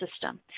system